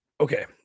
Okay